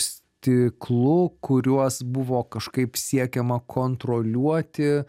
stiklu kuriuos buvo kažkaip siekiama kontroliuoti